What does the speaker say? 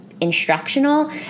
instructional